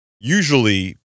usually